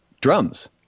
drums